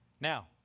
Now